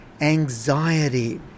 Anxiety